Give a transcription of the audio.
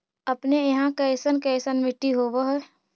अपने यहाँ कैसन कैसन मिट्टी होब है?